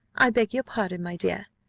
i beg your pardon, my dear,